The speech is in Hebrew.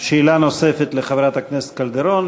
שאלה נוספת לחברת הכנסת קלדרון.